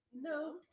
No